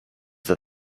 that